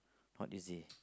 not easy